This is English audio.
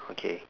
okay